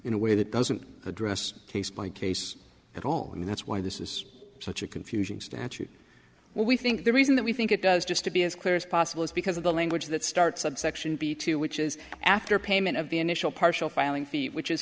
in a way that doesn't address case by case at all and that's why this is such a confusing statute we think the reason that we think it does just to be as clear as possible is because of the language that starts subsection b two which is after payment of the initial partial filing fee which is